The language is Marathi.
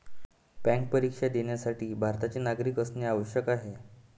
बँक परीक्षा देण्यासाठी भारताचे नागरिक असणे आवश्यक आहे